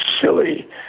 silly